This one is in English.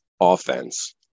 offense